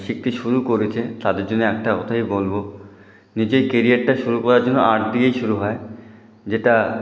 শিখতে শুরু করেছে তাদের জন্য একটা কথাই বলব নিজের কেরিয়ারটা শুরু করার জন্য আর্ট দিয়েই শুরু হয় যেটা